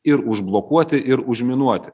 ir užblokuoti ir užminuoti